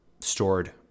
stored